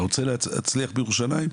אתה רוצה להצליח בירושלים?